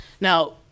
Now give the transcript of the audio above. Now